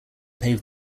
pave